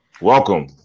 Welcome